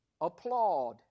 applaud